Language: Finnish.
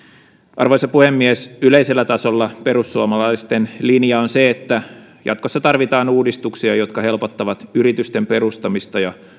arvoisa puhemies yleisellä tasolla perussuomalaisten linja on se että jatkossa tarvitaan uudistuksia jotka helpottavat yritysten perustamista ja